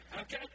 okay